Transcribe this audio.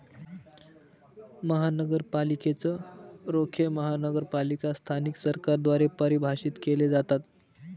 महानगरपालिकेच रोखे महानगरपालिका स्थानिक सरकारद्वारे परिभाषित केले जातात